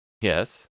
Yes